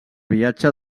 viatge